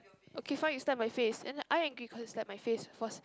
okay fine you slap my face and I angry cause you slap my face first